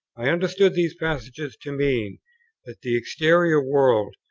i understood these passages to mean that the exterior world,